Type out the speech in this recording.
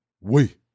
wait